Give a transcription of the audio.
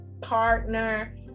partner